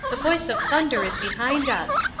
the voice of thunder is behind us.